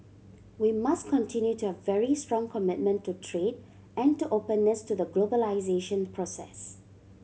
we must continue to have very strong commitment to trade and to openness to the globalisation process